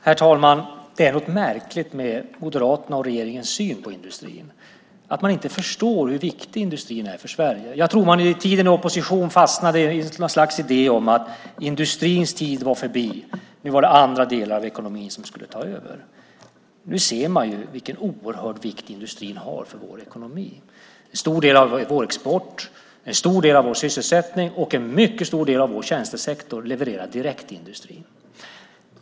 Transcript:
Herr talman! Det är något märkligt med Moderaternas och regeringens syn på industrin, med att man inte förstår hur viktig industrin är för Sverige. Jag tror att man under tiden i opposition fastnade i något slags idé om att industrins tid var förbi, att det var andra delar av ekonomin som skulle ta över. Nu ser man vilken oerhörd vikt industrin har för vår ekonomi. En stor del av vår export, en stor del av vår sysselsättning och en mycket stor del av vår tjänstesektor levererar direkt till industrin.